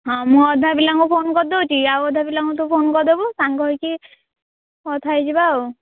ହଁ ମୁଁ ଅଧା ପିଲାଙ୍କୁ ଫୋନ୍ କରିଦେଉଛି ଆଉ ଅଧା ପିଲାଙ୍କୁ ତୁ ଫୋନ୍ କରିଦେବୁ ସାଙ୍ଗ ହୋଇକି କଥା ହୋଇଯିବା ଆଉ